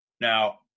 Now